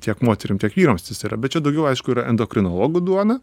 tiek moterim tiek vyrams tas yra bet čia daugiau aišku yra endokrinologų duona